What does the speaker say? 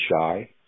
shy